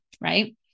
right